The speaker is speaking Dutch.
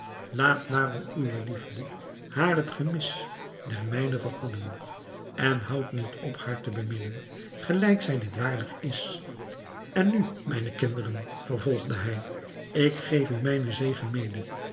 laat daarom uwe liefde haar het gemis der mijne vergoeden en houdt niet op haar te beminnen gelijk zij dit waardig is en nu mijne kinderen vervolgde hij ik geef u mijnen zegen mede